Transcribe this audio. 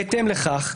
בהתאם לכך,